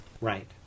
Right